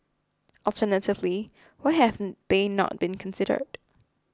alternatively why haven't they not been considered